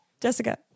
Jessica